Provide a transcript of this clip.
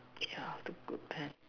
yeah to put back